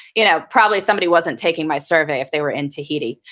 you know probably somebody wasn't taking my survey if they were in tahiti.